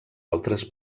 altres